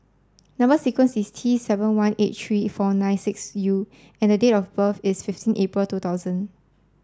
number sequence is T seven one eight three four nine six U and date of birth is fifteen April two thousand